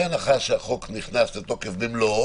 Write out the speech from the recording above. בהנחה שהחוק נכנס לתוקף במלואו,